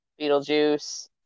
Beetlejuice